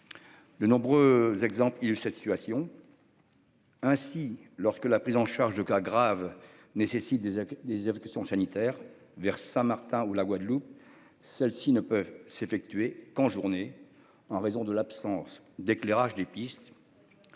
De nombreux exemples-ils cette situation. Ainsi, lorsque la prise en charge de cas graves nécessitent des des évacuations sanitaires vers Saint-Martin ou la Guadeloupe. Celle-ci ne peut s'effectuer qu'en journée en raison de l'absence d'éclairage des pistes.